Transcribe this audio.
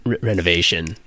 renovation